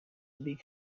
big